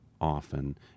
often